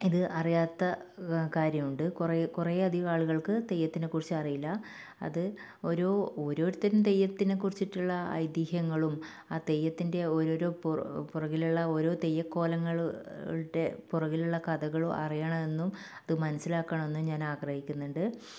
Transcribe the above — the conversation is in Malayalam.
ഇത് അറിയാത്ത കാര്യമുണ്ട് കുറെ കുറെയധികം ആളുകൾക്ക് തെയ്യത്തിനെ കുറിച്ച് അറിയില്ല അത് ഒരു ഓരോരുത്തരും തെയ്യത്തിനെ കുറിച്ചിട്ടുള്ള ഐതിഹ്യങ്ങളും ആ തെയ്യത്തിൻ്റെ ഓരോരോ പു പുറകിലുള്ള ഓരോ തെയ്യക്കോലങ്ങളുടെ പുറകിലുള്ള കഥകളും അറിയണമെന്നും അത് മനസ്സിലാക്കണം എന്ന് ഞാൻ ആഗ്രഹിക്കുന്നുണ്ട്